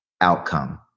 outcome